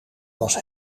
was